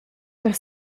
per